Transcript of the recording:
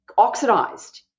oxidized